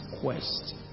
quest